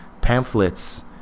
pamphlets